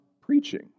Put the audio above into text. preaching